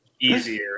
easier